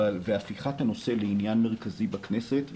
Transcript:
והפיכת הנושא לעניין מרכזי בכנסת.